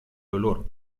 dolor